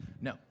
No